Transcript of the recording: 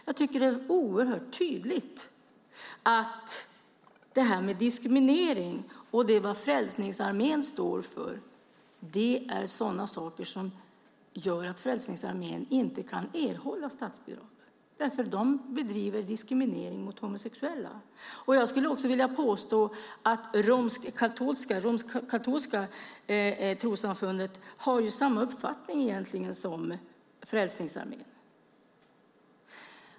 Jag tycker att det är oerhört tydligt att den diskriminering som Frälsningsarmén står för gör att Frälsningsarmén inte kan erhålla statsbidrag. De bedriver diskriminering mot homosexuella. Jag skulle också vilja påstå att det romersk-katolska trossamfundet har samma uppfattning som Frälsningsarmén.